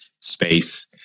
space